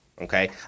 Okay